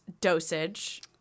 dosage